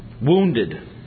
wounded